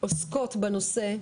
עוסקות בנושא.